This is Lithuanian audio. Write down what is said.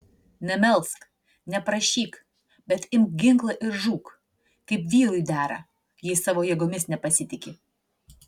nemelsk neprašyk bet imk ginklą ir žūk kaip vyrui dera jei savo jėgomis nepasitiki